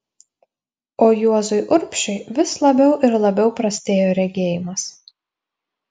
o juozui urbšiui vis labiau ir labiau prastėjo regėjimas